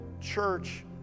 church